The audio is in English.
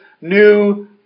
new